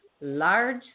large